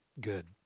good